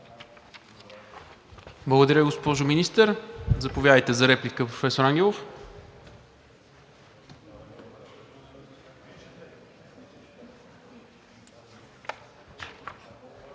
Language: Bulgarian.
Благодаря, госпожо Министър. Заповядайте за реплика, професор Ангелов.